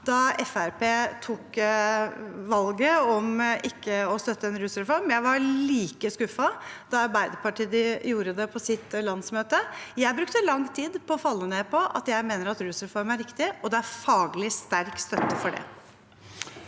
tok valget om ikke å støtte en rusreform. Jeg var like skuffet da Arbeiderpartiet gjorde det på sitt landsmøte. Jeg brukte lang tid på å falle ned på at jeg mener at en rusreform er riktig, og det er faglig sterk støtte for det.